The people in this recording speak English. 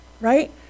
Right